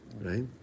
right